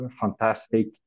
fantastic